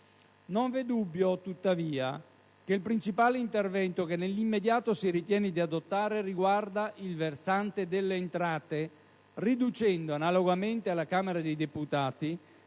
Non v'è dubbio, tuttavia, che il principale intervento che nell'immediato si ritiene di adottare riguarda il versante delle entrate, riducendo, analogamente alla Camera dei deputati,